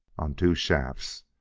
on two shafts,